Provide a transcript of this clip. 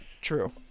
true